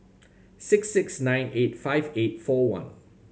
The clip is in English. six six nine eight five eight four one